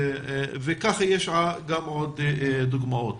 ויש גם עוד דוגמאות.